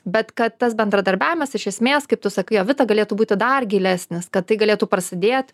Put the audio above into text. bet kad tas bendradarbiavimas iš esmės kaip tu sakai jovita galėtų būti dar gilesnis kad tai galėtų prasidėt